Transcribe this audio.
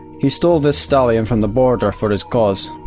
he stole this stallion from the border for his cause.